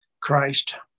christ